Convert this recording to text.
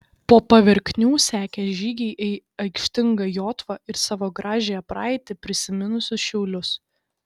po paverknių sekė žygiai į aikštingą jotvą ir savo gražiąją praeitį prisiminusius šiaulius